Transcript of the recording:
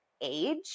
age